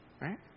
right